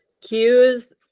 cues